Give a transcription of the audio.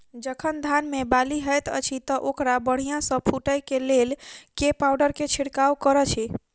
जखन धान मे बाली हएत अछि तऽ ओकरा बढ़िया सँ फूटै केँ लेल केँ पावडर केँ छिरकाव करऽ छी?